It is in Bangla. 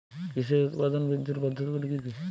কৃষির উৎপাদন বৃদ্ধির পদ্ধতিগুলি কী কী?